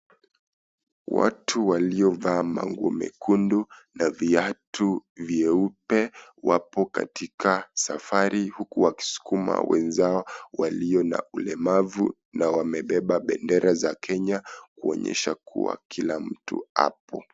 Watu waliovalia manguo mekundu na viatu vyeupe wako katika safari huku wakisukuma wenzao walio na ulemavu na wamebeba bendera za Kenya kuonyesha ya kwamba kila mtu apo.